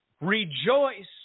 rejoice